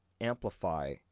amplify